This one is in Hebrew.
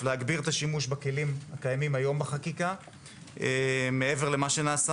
להגביר את השימוש בכלים הקיימים היום בחקיקה מעבר למה שנעשה